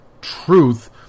truth